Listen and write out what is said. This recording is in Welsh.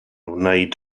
wneud